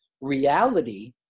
reality